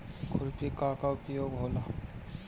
खुरपी का का उपयोग होला?